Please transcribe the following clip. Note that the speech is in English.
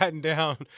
down